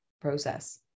process